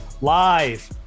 live